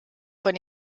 von